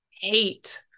hate